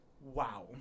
Wow